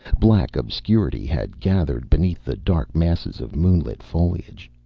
black obscurity had gathered beneath the dark masses of moonlit foliage.